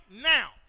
now